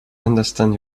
understand